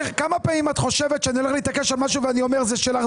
כמה פעמים את חושבת שנלך להתעכב על משהו ואני אומר זה שלך,